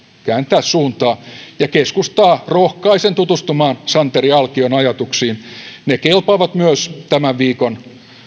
kääntää suuntaa keskustaa rohkaisen tutustumaan santeri alkion ajatuksiin ne kelpaavat myös tämän viikon